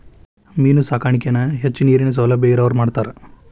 main ಸಾಕಾಣಿಕೆನ ಹೆಚ್ಚು ನೇರಿನ ಸೌಲಬ್ಯಾ ಇರವ್ರ ಮಾಡ್ತಾರ